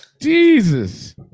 Jesus